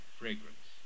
fragrance